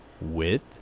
Width